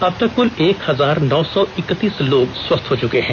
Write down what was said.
अब तक क्ल एक हजार नौ सौ एकतीस लोग स्वस्थ हो चुके हैं